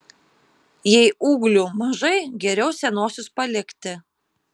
jei ūglių mažai geriau senuosius palikti